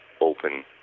open